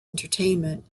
entertainment